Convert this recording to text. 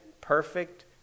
perfect